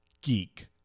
Geek